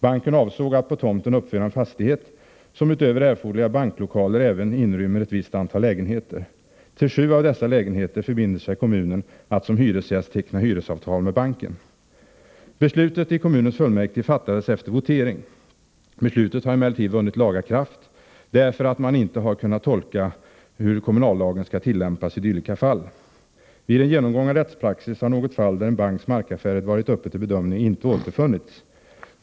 Banken avsåg att på tomten uppföra en fastighet som utöver erforderliga banklokaler även skulle inrymma ett visst antal lägenheter. För sju av dessa lägenheter förbinder sig kommunen att som hyresgäst teckna hyresavtal med banken. Beslutet i kommunens fullmäktige fattades efter votering. Beslutet har emellertid vunnit laga kraft, därför att man inte har kunnat tolka hur kommunallagen skall tillämpas i dylika ärenden. Vid en genomgång av rättspraxis har något fall där en banks markaffärer varit uppe till bedömning inte återfunnits.